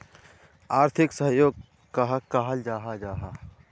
आर्थिक सहयोग कहाक कहाल जाहा जाहा?